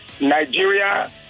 Nigeria